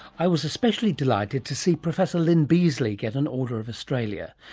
i was especially delighted to see professor lyn beazley get an order of australia.